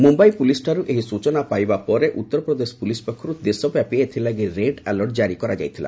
ମୁମ୍ବାଇ ପୁଲିସ୍ଠାରୁ ଏହି ସୂଚନା ପାଇବା ପରେ ଉତ୍ତରପ୍ରଦେଶ ପୁଲିସ ପକ୍ଷରୁ ଦେଶ ବ୍ୟାପୀ ଏଥିଲାଗି ରେଡ୍ ଆଲର୍ଟ ଜାରି କରାଯାଇଥିଲା